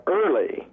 early